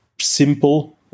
simple